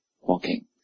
walking